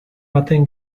baten